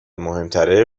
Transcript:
مهمتره